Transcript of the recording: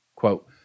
quote